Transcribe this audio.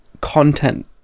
content